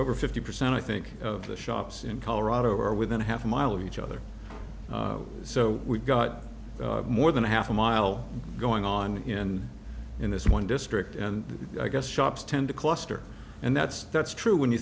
over fifty percent i think the shops in colorado are within a half mile of each other so we've got more than half a mile going on in in this one district and i guess shops tend to cluster and that's that's true when you